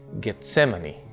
Gethsemane